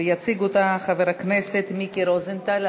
ויציג אותה חבר הכנסת מיקי רוזנטל.